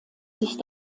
sich